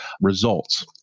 results